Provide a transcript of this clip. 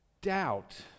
Doubt